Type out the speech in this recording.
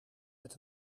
met